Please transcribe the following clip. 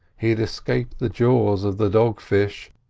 he had escaped the jaws of the dog-fish,